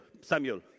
Samuel